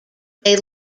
they